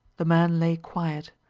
the man lay quiet,